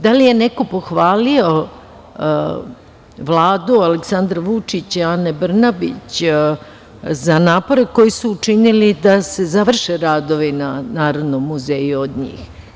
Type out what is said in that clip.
Da li je neko pohvalio Vladu Aleksandra Vučića i Ane Brnabić, za napore koje su učinili da se završe radovi na Narodnom muzeju, od njih?